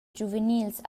giuvenils